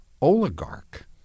oligarch